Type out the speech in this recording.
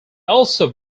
also